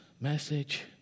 message